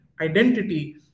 identity